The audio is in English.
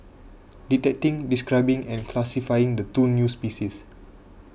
detecting describing and classifying the two new species